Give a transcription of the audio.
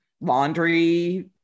laundry